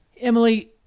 Emily